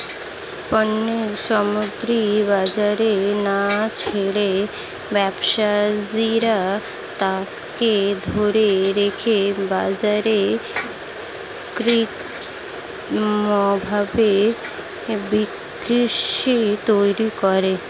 পণ্য সামগ্রী বাজারে না ছেড়ে ব্যবসায়ীরা তাকে ধরে রেখে বাজারে কৃত্রিমভাবে ক্রাইসিস তৈরী করে